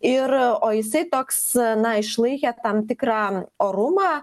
ir o jisai toks na išlaikė tam tikrą orumą